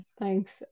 Thanks